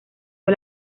fue